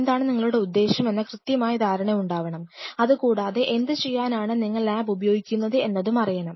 എന്താണ് നിങ്ങളുടെ ഉദ്ദേശം എന്ന കൃത്യമായ ധാരണ ഉണ്ടാവണം അതുകൂടാതെ എന്ത് ചെയ്യാനാണ് നിങ്ങൾ ലാബ് ഉപയോഗിക്കുന്നത് എന്നതും അറിയണം